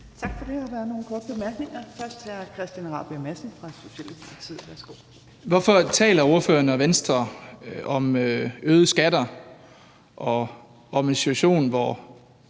Madsen (S): Hvorfor taler ordføreren og Venstre om øgede skatter og om en situation, hvor